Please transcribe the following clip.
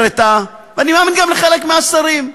ואני מאמין גם לחלק מהשרים.